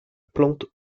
plante